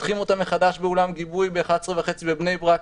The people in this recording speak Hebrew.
פותחים אותה מחדש באולם גיבוי ב-11:30 בבני ברק.